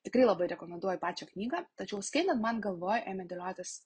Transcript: tikrai labai rekomenduoju pačią knygą tačiau skaitant man galvoj ėmė dėliotis